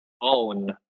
own